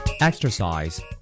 Exercise